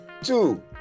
two